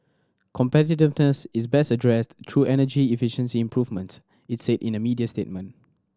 competitiveness is best addressed through energy efficiency improvement it said in a media statement